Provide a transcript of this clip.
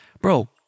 bro